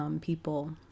people